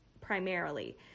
primarily